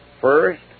First